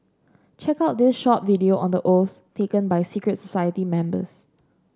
check out this short video on the oaths taken by secret society members